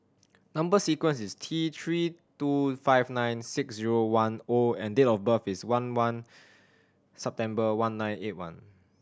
number sequence is T Three two five nine six zero one O and date of birth is one one September one nine eight one